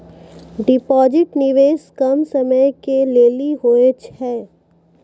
Deposit निवेश कम समय के लेली होय छै?